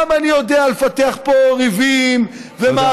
גם אני יודע לפתח פה ריבים ומאבקים,